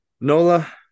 Nola